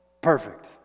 Perfect